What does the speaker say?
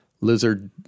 Lizard